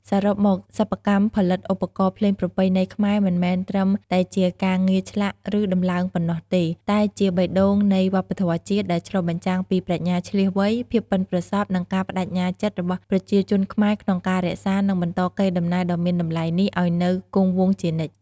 សរុបមក សិប្បកម្មផលិតឧបករណ៍ភ្លេងប្រពៃណីខ្មែរមិនមែនត្រឹមតែជាការងារឆ្លាក់ ឬដំឡើងប៉ុណ្ណោះទេ តែជាបេះដូងនៃវប្បធម៌ជាតិ ដែលឆ្លុះបញ្ចាំងពីប្រាជ្ញាឈ្លាសវៃ ភាពប៉ិនប្រសប់ និងការប្តេជ្ញាចិត្តរបស់ប្រជាជនខ្មែរក្នុងការរក្សា និងបន្តកេរដំណែលដ៏មានតម្លៃនេះឱ្យនៅគង់វង្សជានិច្ច។